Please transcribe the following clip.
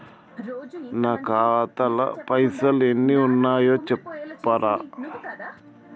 నా ఖాతా లా పైసల్ ఎన్ని ఉన్నాయో చెప్తరా?